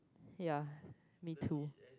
ya me too